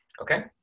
Okay